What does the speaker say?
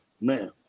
man